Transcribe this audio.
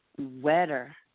wetter